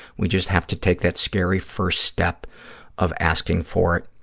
we just have to take that scary first step of asking for it.